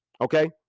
okay